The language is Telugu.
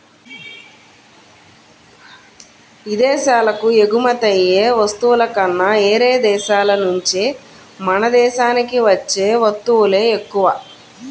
ఇదేశాలకు ఎగుమతయ్యే వస్తువుల కన్నా యేరే దేశాల నుంచే మన దేశానికి వచ్చే వత్తువులే ఎక్కువ